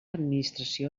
administració